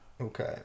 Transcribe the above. Okay